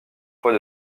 fois